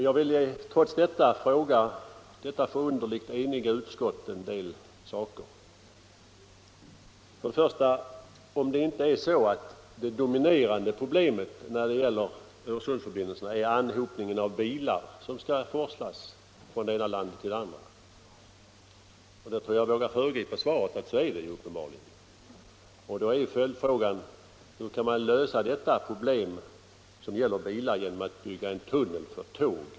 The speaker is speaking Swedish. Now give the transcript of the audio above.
Jag vill trots detta ställa några frågor till detta förunderligt eniga utskott. Är inte det dominerande problemet när det gäller Öresundsförbindelserna anhopningen av bilar som skall forslas från det ena landet till det andra? Jag tror att jag vågar föregripa svaret och påstå att så är det uppen barligen. Då är följdfrågan: Hur kan man lösa det problem som gäller Nr 29 bilar genom att bygga en tunnel enbart för tåg?